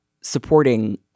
supporting